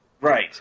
Right